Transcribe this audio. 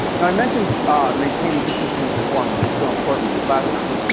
and i mentioned ah maintaining consistent performance is so important in the classroom.